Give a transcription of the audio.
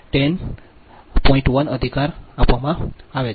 1 અધિકાર આપવામાં આવે છે